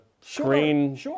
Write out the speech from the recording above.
screen